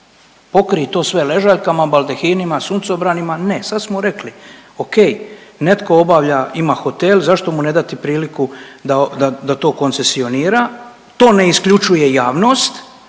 pokrij to sve ležaljkama, baldahinima, suncobranima, ne sad smo rekli, ok netko obavlja ima hotel zašto mu ne dati priliku da to koncesionira, to ne isključuje javnost,